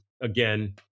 again